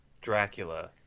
Dracula